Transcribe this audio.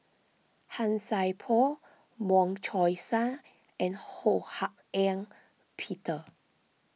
Han Sai Por Wong Chong Sai and Ho Hak Ean Peter